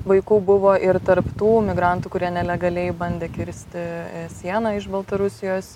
vaikų buvo ir tarp tų migrantų kurie nelegaliai bandė kirsti sieną iš baltarusijos